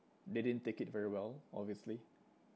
they didn't take it very well obviously